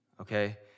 okay